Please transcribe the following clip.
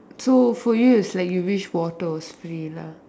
so for you like you wish water was free lah